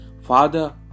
Father